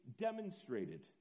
demonstrated